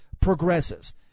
progresses